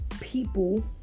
people